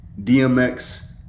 DMX